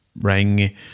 Ring